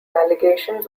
allegations